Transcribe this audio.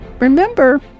Remember